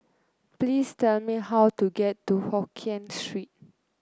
please tell me how to get to Hokien Street